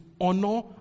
honor